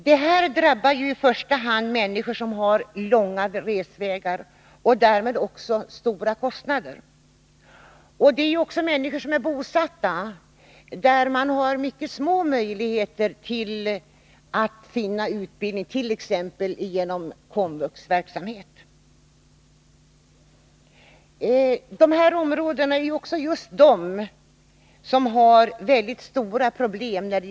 Detta drabbar främst människor med långa resvägar och därmed också stora kostnader. De är oftast bosatta på orter med små möjligheter till utbildningsverksamhet, t.ex. inom Komvux. I just dessa områden är också arbetslöshetsproblemen svåra.